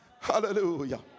hallelujah